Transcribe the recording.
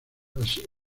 así